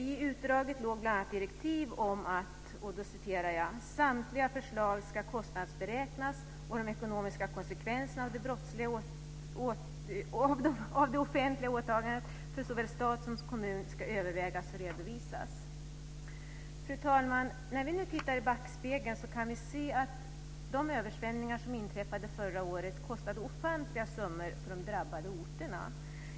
I utdraget låg bl.a. direktiv om att "samtliga förslag ska kostnadsberäknas, och de ekonomiska konsekvenserna av det offentliga åtagandet för såväl stat som kommun ska övervägas och redovisas." Fru talman! När vi nu tittar i backspegeln kan vi se att de översvämningar som inträffade förra året kostade ofantliga summor för de drabbade orterna.